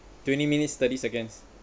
twenty minutes thirty seconds